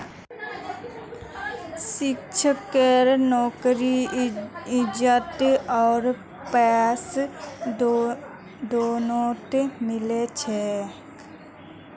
शिक्षकेर नौकरीत इज्जत आर पैसा दोनोटा मिल छेक